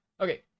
Okay